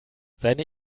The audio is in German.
seine